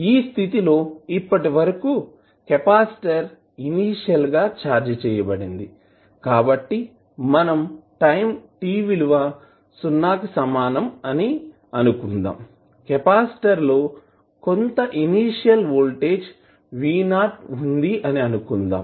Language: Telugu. ఈ స్థితి లో ఇప్పటివరకు కెపాసిటర్ ఇనీషియల్ గా ఛార్జ్ చేయబడిందికాబట్టిమనంటైంt విలువ సున్నాకి సమానం అని అనుకుందాంకెపాసిటర్ లో కొంత ఇనీషియల్ వోల్టేజ్ V 0 వుంది అని అనుకుందాము